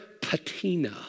Patina